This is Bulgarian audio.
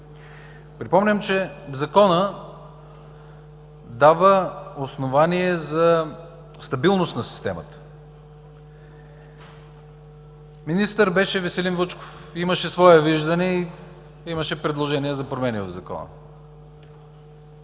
Припомням, че Законът дава основания за стабилност на системата. Министър Веселин Вучков имаше свое виждане и имаше предложения за промени в Закона.